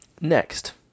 Next